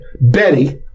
Betty